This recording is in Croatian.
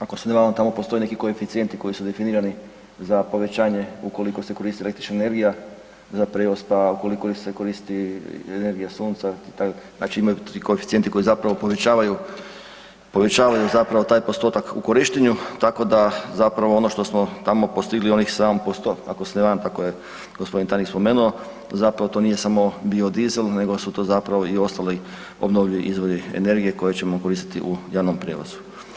Ako se ne varam tamo postoje neki koeficijenti koji su definirani za povećanje ukoliko se koristi električna energija za prijevoz, pa ukoliko se koristi energija sunca, znači imaju ti koeficijenti koji zapravo povećavaju, povećavaju zapravo taj postotak u korištenju, tako da zapravo ono što smo tamo postigli onih 7%, ako se ne varam, tako je g. tajnik spomenuo, zapravo to nije bio samo biodizel, nego su to zapravo i ostali obnovljivi izvori energije koje ćemo koristiti u javnom prijevozu.